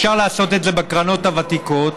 אפשר לעשות את זה בקרנות הוותיקות,